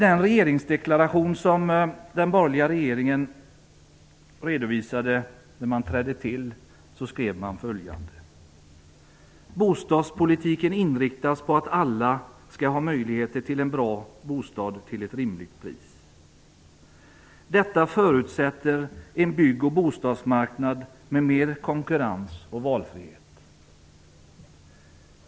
I den regeringsdeklaration som den borgerliga regeringen redovisade när man trädde till skrev man följande: ''Bostadspolitiken inriktas på att alla skall ha möjlighet till en bra bostad till ett rimligt pris. Detta förutsätter en bygg och bostadsmarknad med mer av konkurrens och valfrihet.''